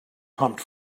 pumped